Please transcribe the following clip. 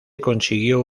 consiguió